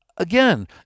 Again